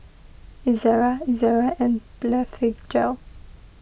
Ezerra Ezerra and Blephagel